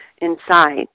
inside